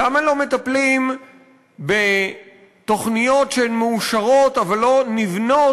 למה לא מטפלים בתוכניות שהן מאושרות אבל לא נבנות